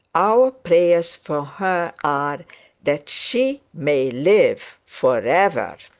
our prayers for her are that she may live for ever.